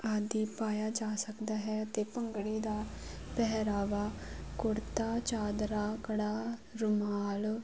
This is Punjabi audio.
ਆਦਿ ਪਾਇਆ ਜਾ ਸਕਦਾ ਹੈ ਅਤੇ ਭੰਗੜੇ ਦਾ ਪਹਿਰਾਵਾ ਕੁੜਤਾ ਚਾਦਰਾ ਕੜਾ ਰੁਮਾਲ